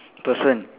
person